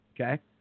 Okay